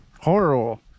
Horrible